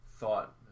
thought